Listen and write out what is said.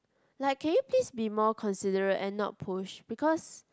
like can you please be more considerate and not push because